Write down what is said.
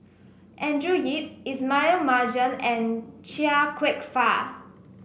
Andrew Yip Ismail Marjan and Chia Kwek Fah